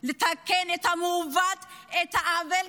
לתקן את המעוות, את העוול.